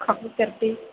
कफ़ि करोति